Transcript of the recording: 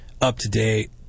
up-to-date